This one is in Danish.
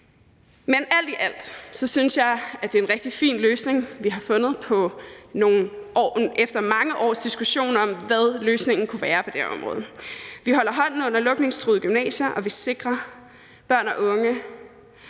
Men alt i alt synes jeg, at det er en rigtig fin løsning, vi har fundet efter mange års diskussion af, hvad løsningen kunne være på det her område. Vi holder hånden under lukningstruede gymnasier, og vi sikrer børn og unge